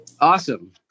Awesome